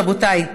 רבותיי,